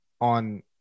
on